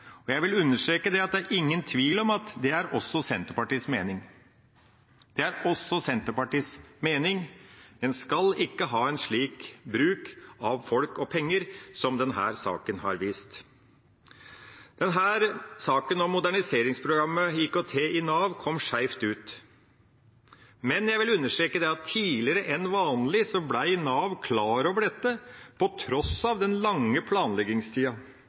håndterbart. Jeg vil understreke at det er ingen tvil om at det også er Senterpartiets mening – det er også Senterpartiets mening. En skal ikke ha en slik bruk av folk og penger som denne saken har vist. Saken om Moderniseringsprogrammet IKT i Nav kom skjevt ut, men jeg vil understreke at tidligere enn vanlig ble Nav klar over dette, til tross for den lange planleggingstida,